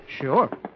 Sure